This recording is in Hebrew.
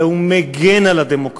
אלא הוא מגן על הדמוקרטיה.